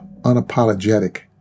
unapologetic